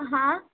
હા